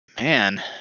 Man